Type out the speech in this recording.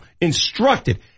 instructed